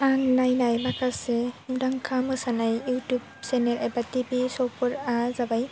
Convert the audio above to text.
आं नायनाय माखासे मुंदांखा मोसानाय इउटुब चेनेल एबा टिभि श' फोरा जाबाय